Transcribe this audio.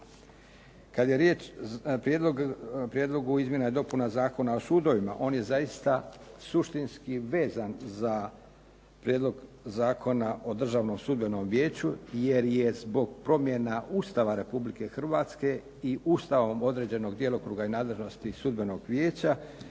o Prijedlogu izmjena i dopuna Zakona o sudovima on je zaista suštinski vezan za Prijedlog zakona o Državnom sudbenom vijeću jer je zbog promjena Ustava Republike Hrvatske i Ustavom određenog djelokruga i nadležnosti Sudbenog vijeća